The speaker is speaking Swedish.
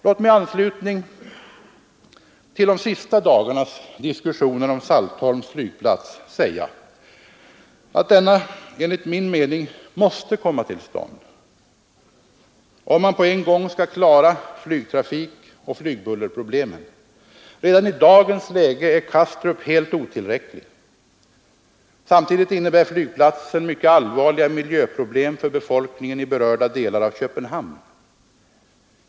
Låt mig i anslutning till de senaste dagarnas diskussioner om Saltholms flygplats säga att denna enligt min mening måste komma till stånd, om man på en gång skall klara flygtrafikoch flygbullerproblemen. Redan i dagens läge är Kastrup helt otillräckligt. Samtidigt innebär flygplatsen mycket allvarliga miljöproblem för befolkningen i berörda delar av Köpenhamn.